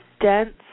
dense